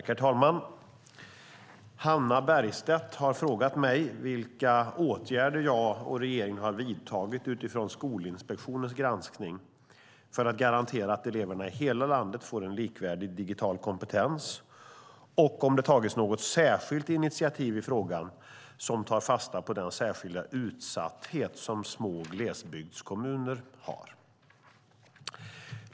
Herr talman! Hannah Bergstedt har frågat mig vilka åtgärder jag och regeringen har vidtagit utifrån Skolinspektionens granskning för att garantera att eleverna i hela landet får en likvärdig digitalkompetens och om det tagits något särskilt initiativ i frågan som tar fasta på den särskilda utsatthet som små glesbygdskommuner har.